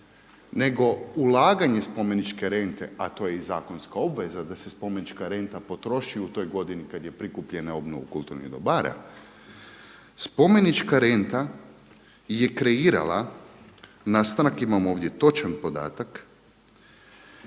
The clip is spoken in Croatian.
nego ulaganje spomeničke rente, a to je i zakonska obveza da se spomenička renta potroši u toj godini kad je prikupljena na obnovu kulturnih dobara spomenička renta je kreirala nastanak. Imamo ovdje točan podatak